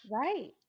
Right